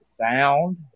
Sound